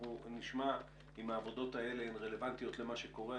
אנחנו נשמע אם העבודות האלה רלוונטיות למה שקורה.